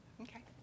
Okay